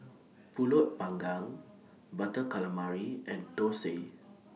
Pulut Panggang Butter Calamari and Thosai